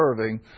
serving